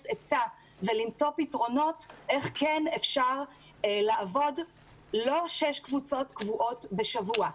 עצה ולמצוא פתרונות איך כן אפשר לעבוד לא שש קבוצות קבועות בשבוע.